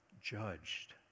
judged